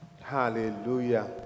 Hallelujah